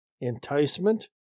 enticement